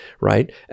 right